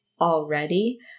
already